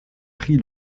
prix